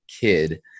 kid